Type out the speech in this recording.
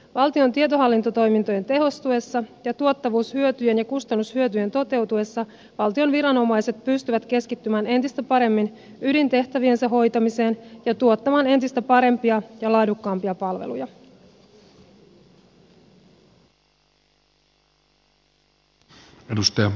valtion tietohallintotoimintojen tehostuessa ja tuottavuushyötyjen ja kustannushyötyjen toteutuessa valtion viranomaiset pystyvät keskittymään entistä paremmin ydintehtäviensä hoitamiseen ja tuottamaan entistä parempia ja laadukkaampia palveluja